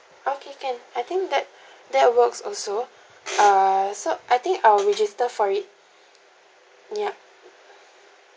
okay can I think that that works also err so I think I will register for it yup